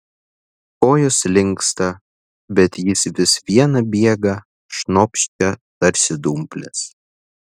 kojos linksta bet jis vis viena bėga šnopščia tarsi dumplės